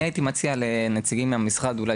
אני הייתי מציע לנציגים מהמשרד אולי,